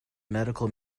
medical